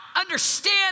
understand